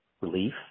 relief